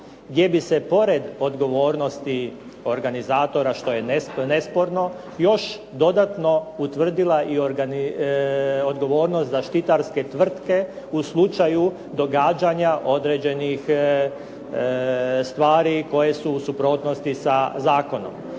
gdje bi se pored odgovornosti organizatora, što je nesporno, još dodatno utvrdila i odgovornost zaštitarske tvrtke u slučaju događanja određenih stvari koje su u suprotnosti sa zakonom.